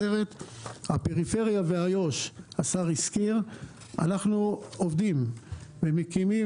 הפריפריה ואיו"ש השר הזכיר אנחנו עובדים ומקימים.